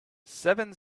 seven